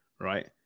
right